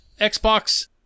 Xbox